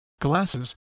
glasses